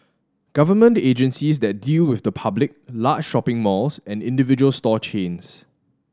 government agencies that deal with the public large shopping malls and individual store chains